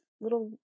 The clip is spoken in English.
little